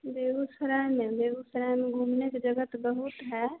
बेगुसराय में बेगुसराय में घूमने की जगह तो बहुत है